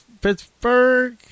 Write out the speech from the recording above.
Pittsburgh